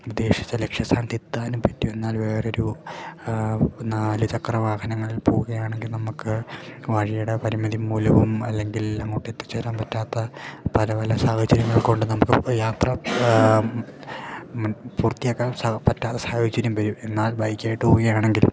ഉദ്ദേശിച്ച ലക്ഷ്യസ്ഥാനത്തെത്താനും പറ്റും എന്നാൽ വേറൊരു നാലുചക്ര വാഹനങ്ങളിൽ പോവുകയാണെങ്കിൽ നമുക്ക് വഴിയുടെ പരിമിതിമൂലവും അല്ലെങ്കിൽ അങ്ങോട്ടെത്തിച്ചേരാൻ പറ്റാത്ത പല പല സാഹചര്യങ്ങൾക്കൊണ്ട് നമുക്ക് യാത്ര പൂർത്തിയാക്കാൻ പറ്റാത്ത സാഹചര്യം വരും എന്നാൽ ബൈക്കായിട്ട് പോവുകയാണെങ്കിൽ